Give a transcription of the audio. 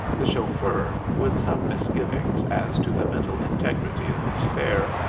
the chauffeur, with some misgivings as to the mental integrity of his fare,